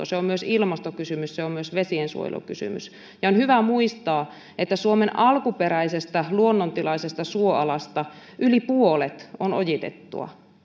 se on myös ilmastokysymys se on myös vesiensuojelukysymys ja on hyvä muistaa että suomen alkuperäisestä luonnontilaisesta suoalasta yli puolet on ojitettua